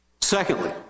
secondly